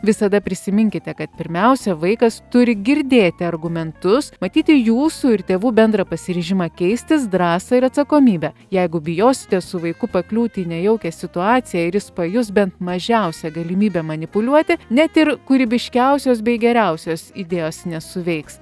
visada prisiminkite kad pirmiausia vaikas turi girdėti argumentus matyti jūsų ir tėvų bendrą pasiryžimą keistis drąsą ir atsakomybę jeigu bijosite su vaiku pakliūti į nejaukią situaciją ir jis pajus bent mažiausią galimybę manipuliuoti net ir kūrybiškiausios bei geriausios idėjos nesuveiks